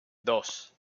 dos